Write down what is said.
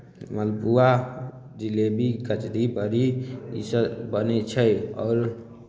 मलपुआ जिलेबी कचड़ी बड़ी इसभ बनै छै आओर